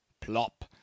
Plop